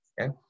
okay